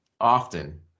often